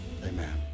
amen